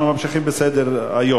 אנחנו ממשיכים בסדר-היום.